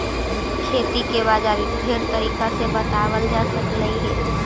खेती के बाजारी ढेर तरीका से बताबल जा सकलाई हे